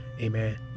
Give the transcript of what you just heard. Amen